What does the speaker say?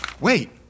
Wait